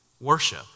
worship